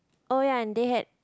oh ya and they had